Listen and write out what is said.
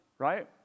right